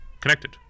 connected